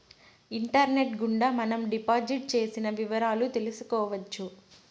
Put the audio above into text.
internet గుండా మనం deposit చేసిన వివరాలు తెలుసుకోవచ్చు